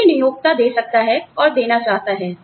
जोकि नियोक्ता दे सकता है और देना चाहता है